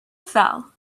fell